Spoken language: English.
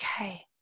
okay